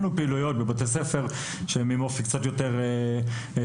פעילויות בבתי ספר עם אופי קצת יותר דתי,